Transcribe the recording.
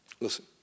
listen